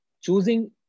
choosing